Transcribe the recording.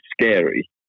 scary